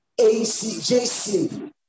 ACJC